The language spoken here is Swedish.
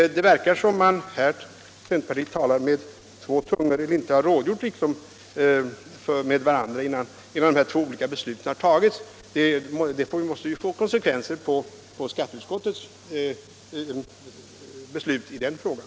Det verkar som om centerpartiet här talar med två tungor. Centerpartisterna tycks inte ha rådgjort med varandra innan de här två olika besluten har fattats i utskotten. Det måste få konsekvenser för skatteutskottets beslut i frågan.